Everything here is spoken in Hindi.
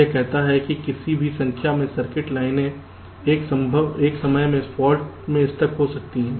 यह कहता है कि किसी भी संख्या में सर्किट लाइनें एक समय में फाल्ट में स्टक हो सकती हैं